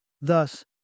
Thus